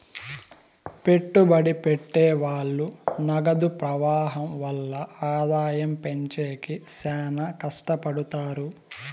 పెట్టుబడి పెట్టె వాళ్ళు నగదు ప్రవాహం వల్ల ఆదాయం పెంచేకి శ్యానా కట్టపడుతారు